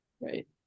Right